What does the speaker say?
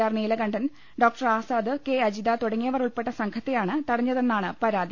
R Neelakandan doctor Azad K Ajitha തുടങ്ങി യവരുൾപ്പെട്ട സംഘത്തെയാണ് തടഞ്ഞതെന്നാണ് പരാതി